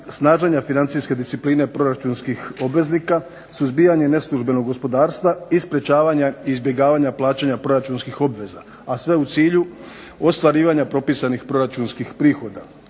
snaženja financijske discipline proračunskih obveznika, suzbijanje neslužbenog gospodarstva i sprečavanja i izbjegavanja plaćanja proračunskih obveza, a sve u cilju ostvarivanja propisanih proračunskih prihoda.